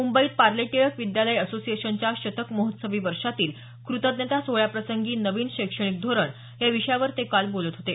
मुंबईत पार्ले टिळक विद्यालय असोसिएशनच्या शतक महोत्सवी वर्षातील कृतज्ञता सोहळ्याप्रसंगी नविन शैक्षणिक धोरण या विषयावर ते काल बोलत होते